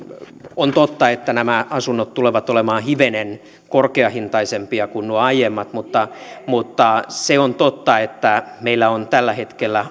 on totta että nämä asunnot tulevat olemaan hivenen korkeahintaisempia kuin nuo aiemmat mutta mutta se on totta että meillä on tällä hetkellä